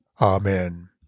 Amen